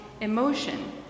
emotion